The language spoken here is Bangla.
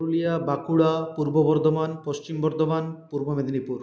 পুরুলিয়া বাঁকুড়া পূর্ব বর্ধমান পশ্চিম বর্ধমান পূর্ব মেদিনীপুর